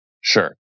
Sure